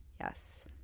Yes